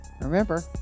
Remember